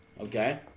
Okay